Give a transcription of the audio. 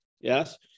Yes